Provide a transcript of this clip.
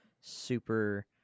super